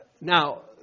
Now